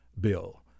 bill